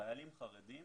חיילים חרדים